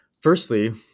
firstly